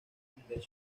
fundación